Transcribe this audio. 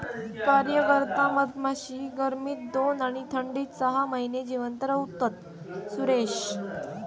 कार्यकर्ता मधमाशी गर्मीत दोन आणि थंडीत सहा महिने जिवंत रव्हता, सुरेश